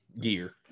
gear